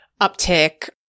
uptick